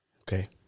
Okay